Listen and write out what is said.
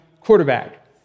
quarterback